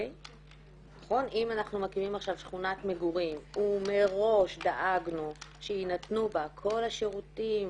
אם אנחנו מקימים עכשיו שכונת מגורים ומראש דאגנו שינתנו בה כל השירותים